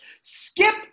skip